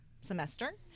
semester